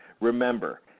remember